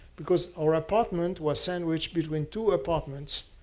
because our apartment was sandwiched between two apartments.